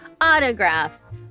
autographs